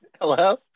Hello